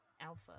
alpha